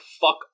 fuck